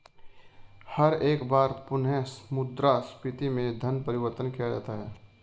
हर एक बार पुनः मुद्रा स्फीती में धन परिवर्तन किया जाता है